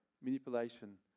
manipulation